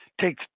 Take